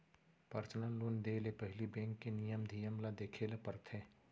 personal loan देय ले पहिली बेंक के नियम धियम ल देखे ल परथे